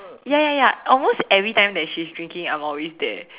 ya ya ya almost every time that she's drinking I'm always there